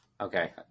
Okay